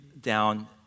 down